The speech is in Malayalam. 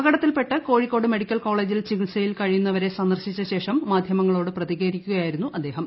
അപകടത്തിൽപ്പെട്ട് കോഴിക്കോട് മെഡിക്കൽ കോളേജിൽ ചികിത്സയിൽ കഴിയുന്നവരെ സന്ദർശിച്ച ശേഷം മാധ്യമങ്ങളോട് പ്രതികരിക്കുകയായിരുന്നു അദ്ദേഹം